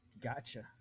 Gotcha